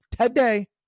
today